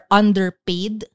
underpaid